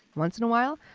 once in a while,